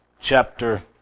chapter